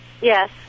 Yes